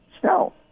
snow